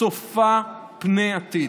צופה פני עתיד,